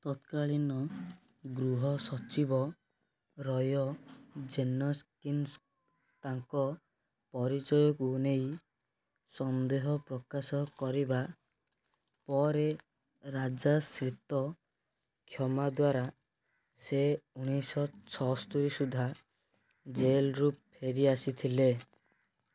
ତତ୍କାଳୀନ ଗୃହ ସଚିବ ରୟ ଜେନକିନ୍ସ ତାଙ୍କ ପରିଚୟ କୁ ନେଇ ସନ୍ଦେହ ପ୍ରକାଶ କରିବା ପରେ ରାଜାଶ୍ରୀତ କ୍ଷମା ଦ୍ୱାରା ସେ ଉଣେଇଶି ଶହ ଛଅସ୍ତରୀ ସୁଦ୍ଧା ଜେଲରୁ ଫେରି ଆସିଥିଲେ